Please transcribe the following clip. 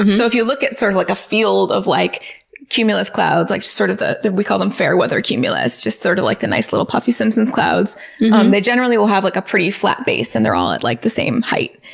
so if you look at sort of like a field of like cumulus clouds like sort of we call them fair weather cumulus, just sort of like the nice little puffy simpsons clouds um they generally will have like a pretty flat base and they're all at like the same height.